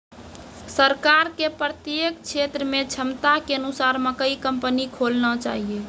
सरकार के प्रत्येक क्षेत्र मे क्षमता के अनुसार मकई कंपनी खोलना चाहिए?